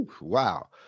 Wow